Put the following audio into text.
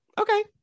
Okay